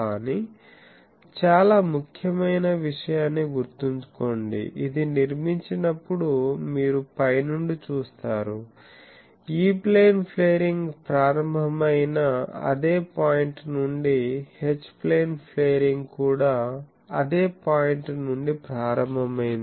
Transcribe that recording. కానీ చాలా ముఖ్యమైన విషయాన్ని గుర్తుంచుకోండి ఇది నిర్మించినప్పుడు మీరు పై నుండి చూస్తారు E ప్లేన్ ఫ్లేరింగ్ ప్రారంభమైన అదే పాయింట్ నుండి H ప్లేన్ ఫ్లేరింగ్ కూడా అదే పాయింట్ నుండి ప్రారంభమైంది